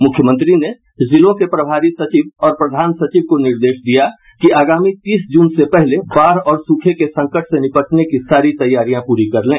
मुख्यमंत्री ने जिलों के प्रभारी सचिव और प्रधान सचिव को निर्देश दिया कि आगामी तीस जून से पहले बाढ़ और सूखे के संकट से निपटने की सारी तैयारियां पूरी कर लें